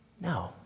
No